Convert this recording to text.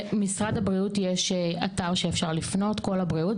למשרד הבריאות יש אתר שאפשר לפנות "קול הבריאות",